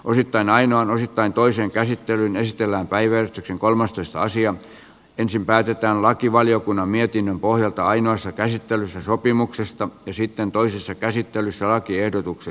osittain ainoan osittain toisen käsittelyn ystävänpäivä on kolmastoista sija ensin päätetään lakivaliokunnan mietinnön pohjalta ainoassa käsittelyssä sopimuksesta ja sitten toisessa käsittelyssä lakiehdotuksesta